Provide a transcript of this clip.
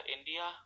India